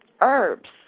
herbs